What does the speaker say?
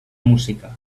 música